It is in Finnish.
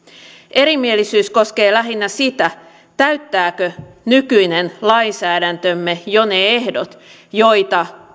erimielisyys koskee lähinnä sitä täyttääkö nykyinen lainsäädäntömme jo ne ehdot joita